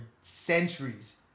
centuries